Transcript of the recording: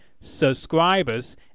subscribers